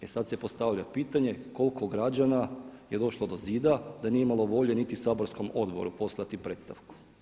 E sad se postavlja pitanje koliko građana je došlo do zida da nije imalo volje niti saborskom odboru poslati predstavku.